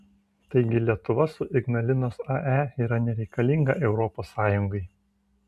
taigi lietuva su ignalinos ae yra nereikalinga europos sąjungai